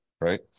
right